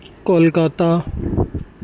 Kolkata